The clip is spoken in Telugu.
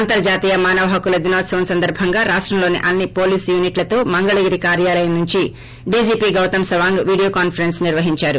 అంతర్గాతీయ మానవహక్కుల దినోత్సవం సందర్సంగా రాష్టంలోని అన్ని పోలీస్ యూనిట్లతో మంగళగిరి కార్యాలయం నుంచి DGP Gautam Sawang video conference నిర్వహించారు